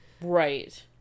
Right